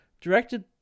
Directed